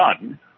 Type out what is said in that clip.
done